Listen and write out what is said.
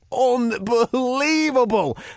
unbelievable